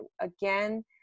again